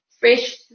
Fresh